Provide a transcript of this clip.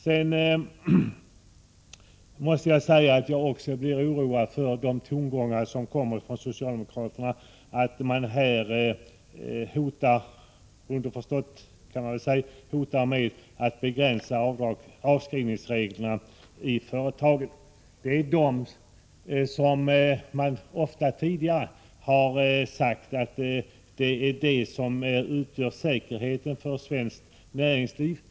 Sedan måste jag säga att jag också blir oroad för de socialdemokratiska tongångarna när det gäller företagsbeskattningen. Man hotar — underförstått — med att ytterligare begränsa avskrivningsreglerna i företagen. Tidigare har man ofta sagt att det är företagens möjlighet att konsolidera sig som utgör säkerheten för svenskt näringsliv.